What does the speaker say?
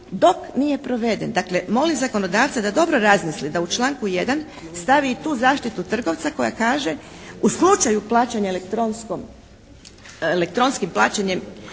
dok nije proveden. Dakle molim zakonodavca da dobro razmile da u članku 1. stavi i tu zaštitu trgovca koja kaže u slučaju plaćanja elektronskom,